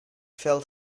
felt